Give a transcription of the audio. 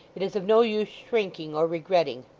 it is of no use shrinking or regretting.